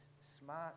smart